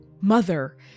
Mother